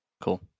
cool